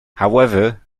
however